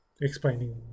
explaining